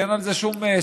ואין על זה שום ספק,